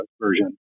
version